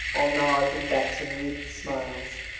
all nods and becks and wreathed smiles.